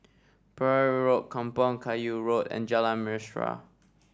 Perahu Road Kampong Kayu Road and Jalan Mesra